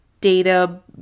data